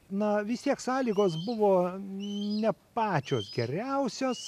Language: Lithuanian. na vis tiek sąlygos buvo ne pačios geriausios